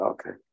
Okay